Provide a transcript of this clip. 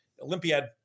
olympiad